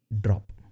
drop